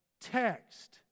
text